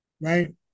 right